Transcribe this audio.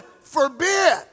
forbid